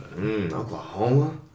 Oklahoma